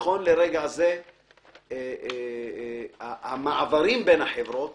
נכון לרגע זה המעברים בין החברות